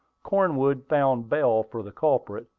cornwood found bail for the culprit,